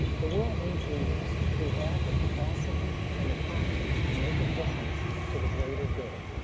the world needs leaders who have the capacity and the conscience to make a difference to the greater good.